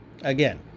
again